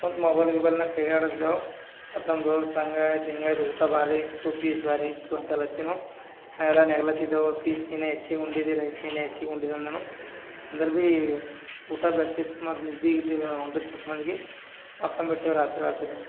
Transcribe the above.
ಕುಂತು ಮೊಬೈಲ್ ಗಿಬೈಲ್ನಾಗ ಕೈಯಾಡಿಸ್ದೇವ್ ಮತ್ತು ನಮ್ಮ ದೋಸ್ತ ಹಾಂಗಾಯ್ತು ಹಿಂಗಾಯ್ತು ಊಟ ಭಾರಿ ಇತ್ತು ಪೀಸ್ ಭಾರಿ ಇತ್ತು ಅಂತೆಲ್ಲತ್ತಿನು ಪೀಸ್ ನೀನೆ ಹೆಚ್ಚಿಗೆ ಉಂಡಿದಿ ರೈಸ್ ನೀನೆ ಹೆಚ್ಚಿಗೆ ಉಂಡಿದೆ ಅಂದನು ಅಂದರೆ ಬಿ ಊಟ ಬೆಸ್ಟ್ ಇತ್ತು ಮತ್ತು ನಿದ್ದಿ ಗಿದ್ದಿ ಮಕ್ಕೊನ್ ಬಿಟ್ಟೀವಿ ರಾತ್ರಿ ರಾತ್ರಿ